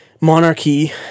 monarchy